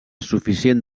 suficient